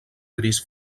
gris